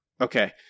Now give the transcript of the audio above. okay